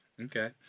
Okay